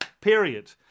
period